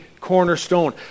cornerstone